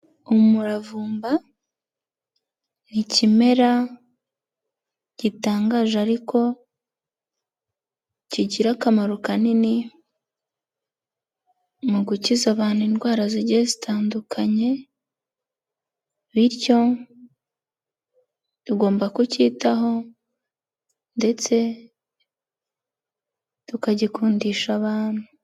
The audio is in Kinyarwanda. Umuravumba ni ikimera gitangaje ariko kigira akamaro kanini mu gukiza abantu indwara zigiye zitandukanye, bityo tugomba kucyitaho ndetse tukagikundisha abantu.